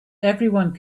everyone